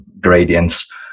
gradients